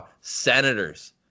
Senators